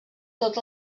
tots